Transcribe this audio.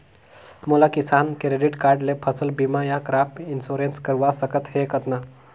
मोला Kisan credit card ले फसल बीमा या क्रॉप इंश्योरेंस करवा सकथ हे कतना?